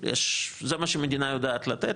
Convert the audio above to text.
זה מה שמדינה יודעת לתת,